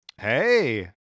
Hey